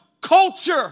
culture